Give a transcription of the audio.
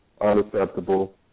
unacceptable